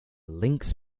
links